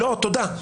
--- לא, תודה.